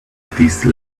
these